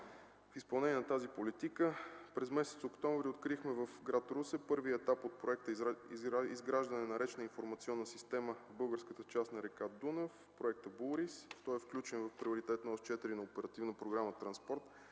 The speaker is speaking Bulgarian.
В изпълнение на тази политика през месец октомври открихме в гр. Русе първия етап от Проекта „Изграждане на речна информационна система в българската част на река Дунав” – проектът „Булрис”. Той е включен в приоритетна ос 4 на Оперативна програма „Транспорт”